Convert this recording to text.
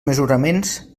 mesuraments